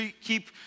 keep